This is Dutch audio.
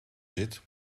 zit